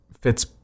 fits